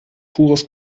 pures